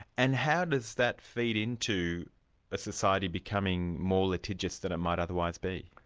and how does that feed into a society becoming more litigious than it might otherwise be?